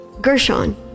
Gershon